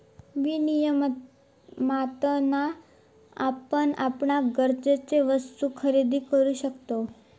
विनियमातना आपण आपणाक गरजेचे वस्तु खरेदी करु शकतव